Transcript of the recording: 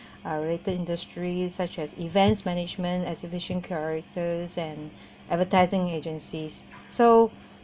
are related industries such as events management exhibition characters and advertising agencies so